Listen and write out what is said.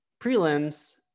prelims